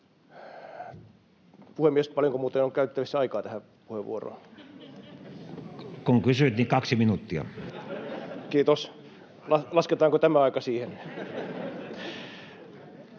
Puhemies, paljonko muuten on käytettävissä aikaa tähän puheenvuoroon? — Kiitos. Lasketaanko tämä aika siihen?